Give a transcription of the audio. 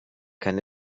kann